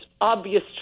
obvious